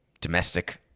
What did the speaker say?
Domestic